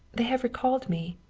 they have recalled me.